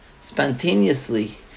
spontaneously